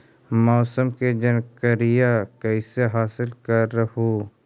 मौसमा के जनकरिया कैसे हासिल कर हू?